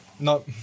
No